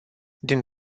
din